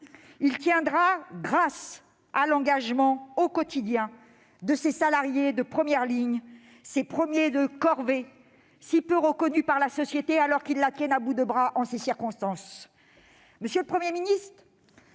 Il tiendra grâce à l'engagement au quotidien de ces salariés de première ligne, ces « premiers de corvée » si peu reconnus par la société, alors qu'ils la tiennent à bout de bras en ces circonstances. Monsieur le Premier ministre,